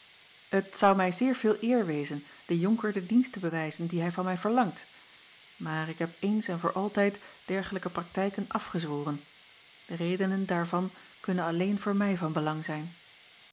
et zou mij zeer veel eer wezen den onker den dienst te bewijzen dien hij van mij verlangt maar ik heb eens en voor altijd dergelijke praktijken afgezworen de redenen daarvan kunnen alleen voor mij van belang zijn